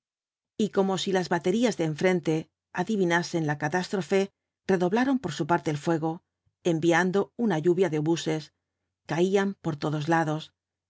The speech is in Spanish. y como si las baterías de enfrente adivinasen la catástrofe redoblaron por su parte el fuego enviando una lluvia de obuses caían por todos lados